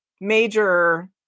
major